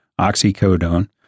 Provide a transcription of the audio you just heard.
oxycodone